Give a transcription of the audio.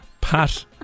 Pat